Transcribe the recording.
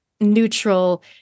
neutral